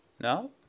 No